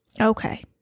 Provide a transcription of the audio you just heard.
Okay